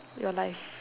your life